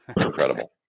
Incredible